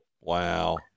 Wow